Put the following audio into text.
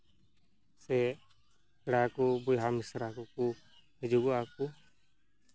ᱥᱮ ᱯᱮᱲᱟ ᱠᱚ ᱵᱚᱭᱦᱟ ᱢᱤᱥᱨᱟ ᱠᱚ ᱦᱤᱡᱩᱜᱚᱜᱼᱟ ᱠᱚ